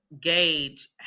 gauge